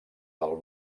del